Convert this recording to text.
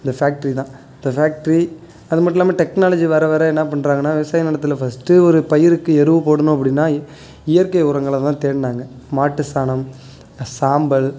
இந்த ஃபேக்ட்ரி தான் இந்த ஃபேக்ட்ரி அது மட்டும் இல்லாமல் டெக்னாலஜி வர வர என்ன பண்ணுறாங்கன்னா விவசாய நிலத்துல ஃபஸ்ட் ஒரு பயிருக்கு எருவு போடணும் அப்படினா இயற்கை உரங்கள தான் தேடுனாங்க மாட்டு சாணம் சாம்பல்